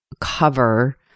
cover